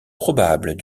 probables